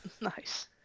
Nice